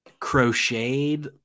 crocheted